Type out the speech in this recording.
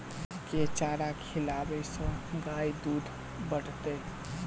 केँ चारा खिलाबै सँ गाय दुध बढ़तै?